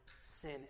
sin